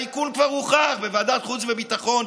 האיכון כבר הוכר בוועדת החוץ והביטחון,